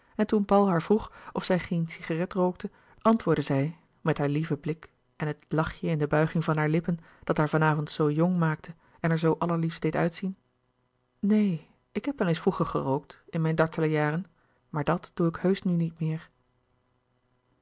en toen paul haar vroeg of zij geen cigarette rookte antwoordde zij met haar lieven blik en het lachje in de buiging van hare lippen dat haar van avond zoo jong maakte en er zoo allerliefst deed uitzien neen ik heb wel eens vroeger gerookt in mijn dartele jaren maar dat doe ik heusch nu niet meer